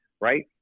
right